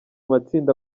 matsinda